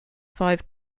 five